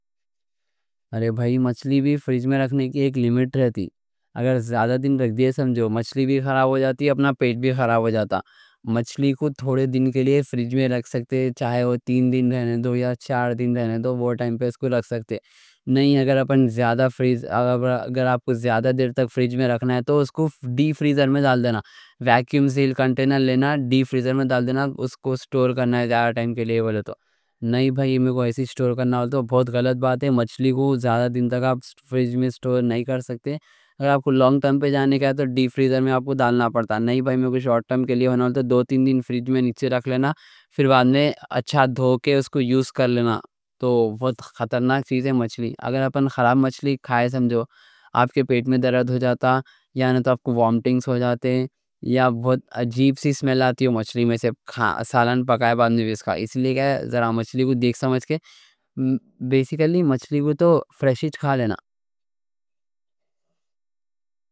ارے بھائی مچھلی بھی فریج میں رکھنے کی ایک لیمٹ رہتی۔ اگر زیادہ دن رکھ دیے سمجھو مچھلی بھی خراب ہو جاتی، اپنا پیٹ بھی خراب ہو جاتا۔ مچھلی کو تھوڑے دن کے لیے فریج میں رکھ سکتے، چاہے وہ تین دن رہنے دو یا چار دن رہنے دو، وہ ٹائم پہ اس کو رکھ سکتے۔ نہیں۔ اگر آپ کو زیادہ دیر تک فریج میں رکھنا ہے تو اس کو ڈی فریزر میں ڈال دینا، ویکیوم سیل کنٹینر لینا، ڈی فریزر میں ڈال دینا، اس کو اسٹور کرنا ہے زیادہ ٹائم کے لیے۔ نہیں بھائی، مچھلی کو زیادہ دن تک آپ فریج میں اسٹور نہیں کر سکتے۔ اگر آپ کو لانگ ٹائم پہ جانے کے لیے تو ڈی فریزر میں آپ کو ڈالنا پڑتا۔ نہیں بھائی، میرے کوئی شورٹ ٹائم کے لیے ہونے ہوتا ہے، دو تین دن فریج میں نیچے رکھ لینا، پھر بعد میں اچھا دھو کے اس کو یوز کر لینا۔ تو بہت خطرناک چیز ہے مچھلی، اگر ہم خراب مچھلی کھائے سمجھو آپ کے پیٹ میں درد ہو جاتا یا نہیں تو آپ کو وامٹنگز ہو جاتے یا بہت عجیب سی سمیل آتی ہے۔ مچھلی میں سے بہت عجیب سی سمیل آتی، سالن پکائے بعد میں بھی۔ اس لیے مچھلی کو دیکھ سمجھ کے بیسیکلی مچھلی کو فریش ہی کھا لینا۔